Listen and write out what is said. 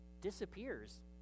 disappears